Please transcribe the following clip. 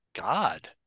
God